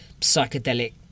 psychedelic